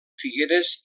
figueres